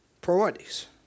Priorities